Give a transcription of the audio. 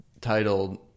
titled